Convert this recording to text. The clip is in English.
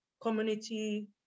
community